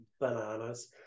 Bananas